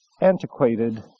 antiquated